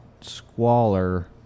squalor